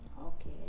Okay